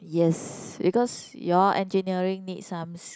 yes because you all engineering need some s~